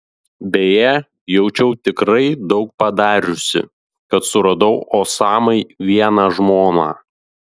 beje jaučiau tikrai daug padariusi kad suradau osamai vieną žmoną